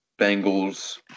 Bengals